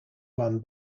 run